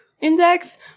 Index